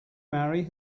marry